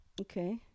Okay